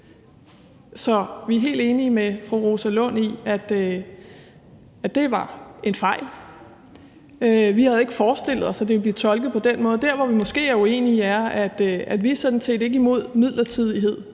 Så vi er helt enige med fru Rosa Lund i, at det var en fejl. Vi havde ikke forestillet os, at det ville blive tolket på den måde. Der, hvor vi måske er uenige, er, at vi sådan set ikke er imod midlertidighed